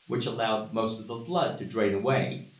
which allowed most of the blood to drain away.